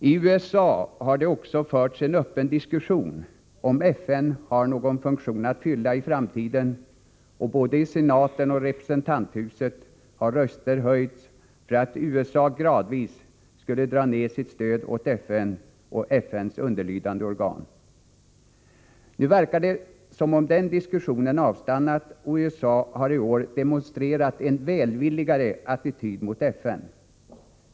I USA har det också förts en öppen diskussion om huruvida FN har någon funktion att fylla i framtiden, och både i senaten och i representanthuset har röster höjts för att USA gradvis skall dra ned sitt stöd åt FN och FN:s underlydande organ. Nu verkar det som om den diskussionen avstannat, och USA har i år demonstrerat en välvilligare attityd mot FN.